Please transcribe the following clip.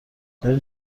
دارین